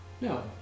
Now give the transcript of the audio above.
No